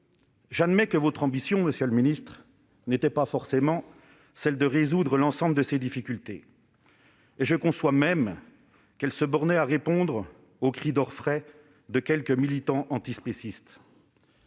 ministre, que votre ambition n'était pas forcément de résoudre l'ensemble de ces difficultés. Je conçois même qu'elle se bornait à répondre aux cris d'orfraie de quelques militants antispécistes.